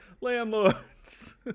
landlords